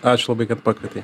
ačiū labai kad pakvietei